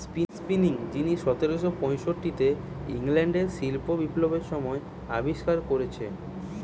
spinning যিনি সতেরশ পয়ষট্টিতে ইংল্যান্ডে শিল্প বিপ্লবের সময় আবিষ্কার কোরেছে